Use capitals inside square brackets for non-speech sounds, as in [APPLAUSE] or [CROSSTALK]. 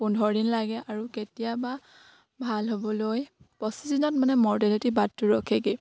পোন্ধৰ দিন লাগে আৰু কেতিয়াবা ভাল হ'বলৈ পঁচিছ দিনত মানে মৰ্টেলিটি [UNINTELLIGIBLE] ৰখেগে